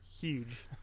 Huge